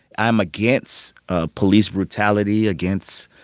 i'm against ah police brutality, against,